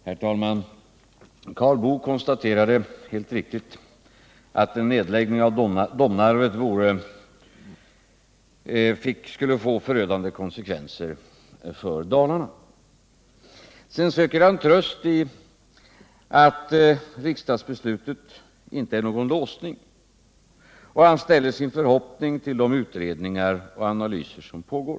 Herr talman! Karl Boo konstaterade helt riktigt att en nedläggning av Domnarvet skulle få förödande konsekvenser för Dalarna. Sedan söker han tröst i att riksdagsbeslutet inte är någon låsning, han ställer sin förhoppning till de utredningar och analyser som pågår.